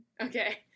Okay